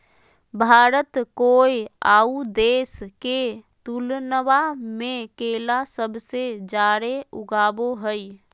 भारत कोय आउ देश के तुलनबा में केला सबसे जाड़े उगाबो हइ